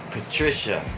Patricia